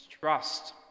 Trust